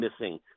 missing